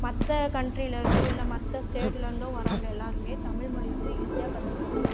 மற்ற கண்ட்ரிலேருந்தோ இல்லை மற்ற ஸ்டேட்லேருந்தோ வரவங்க எல்லோருமே தமிழ்மொழியை வந்து ஈஸியாக கற்றுக்குவாங்க